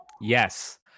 yes